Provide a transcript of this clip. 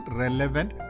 relevant